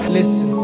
Listen